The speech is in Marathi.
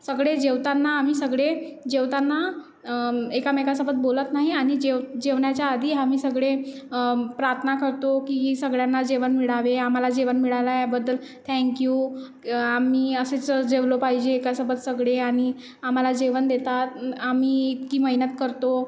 सगळे जेवताना आम्ही सगळे जेवताना एकमेकांसोबत बोलत नाही आणि जेवण्याच्या आधी आम्ही सगळे प्रार्थना करतो की सगळ्यांना जेवण मिळावे आम्हाला जेवण मिळाल्याबद्दल थँक यू आम्ही असेच जेवलो पाहिजे एकासोबत सगळे आणि आम्हाला जेवण देतात आम्ही इतकी मेहनत करतो